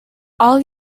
all